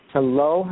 Hello